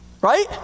right